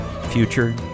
future